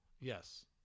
Yes